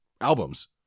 albums